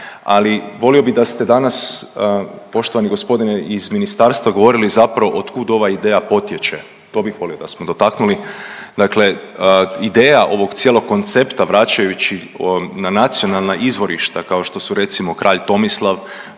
Ali volio bi da ste danas, poštovani gospodine iz ministarstva, govorili zapravo od kud ova ideja potječe. To bih volio da smo dotaknuli. Dakle ideja ovog cijelog koncepta vraćajući na nacionalna izvorišta kao što su recimo kralj Tomislav,